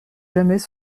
jamais